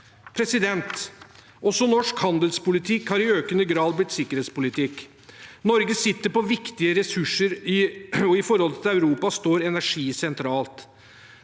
konsekvenser. Også norsk handelspolitikk har i økende grad blitt sikkerhetspolitikk. Norge sitter på viktige ressurser, og i forholdet til Europa står energi sentralt.